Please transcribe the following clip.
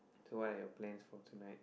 so I have plans for tonight